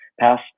pass